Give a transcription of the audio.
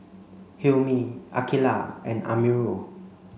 Hilmi Aqilah and Amirul